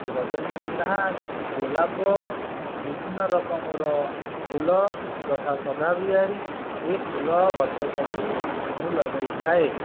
ରଜନୀଗନ୍ଧା ଗୋଲାପ ବିଭିନ୍ନ ରକମର ଫୁଲ ଯଥା ସଦାବିହାରୀ ଏ ଫୁଲ ଗଛ ସବୁ ମୁଁ ଲଗାଇଥାଏ